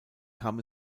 kam